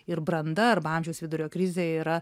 ir branda arba amžiaus vidurio krizė yra